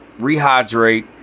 rehydrate